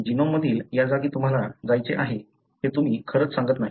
genome मधली या जागी तुम्हाला जायचे आहे हे तुम्ही खरंच सांगत नाही